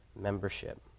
membership